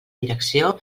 direcció